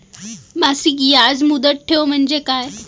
मासिक याज मुदत ठेव म्हणजे काय?